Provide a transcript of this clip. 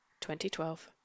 2012